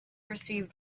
received